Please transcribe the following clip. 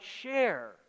share